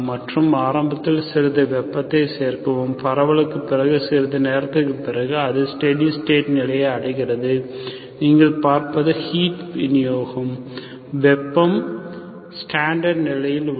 மற்றும் ஆரம்பத்தில் சிறிது வெப்பத்தைச் சேர்க்கவும் பரவலுக்குப் பிறகு சிறிது நேரத்திற்குப் பிறகு அது ஸ்டெடி ஸ்டேட் நிலையை அடைகிறது நீங்கள் பார்ப்பது ஹீட் விநியோகம் வெப்பம் ஸ்டாண்டர்ட் நிலையில் உள்ளது